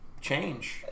change